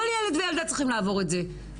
כל ילד וילדה צריכים לעבור את זה.